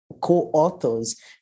co-authors